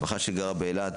משפחה שגרה באילת,